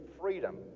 freedom